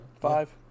Five